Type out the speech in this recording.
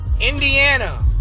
Indiana